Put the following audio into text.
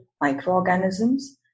microorganisms